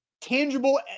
tangible